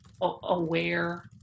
aware